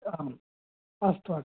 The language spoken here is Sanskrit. आम् अस्तु अ